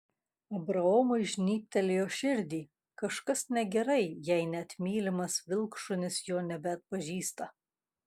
abraomui žnybtelėjo širdį kažkas negerai jei net mylimas vilkšunis jo nebeatpažįsta